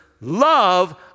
love